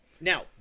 Now